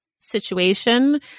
situation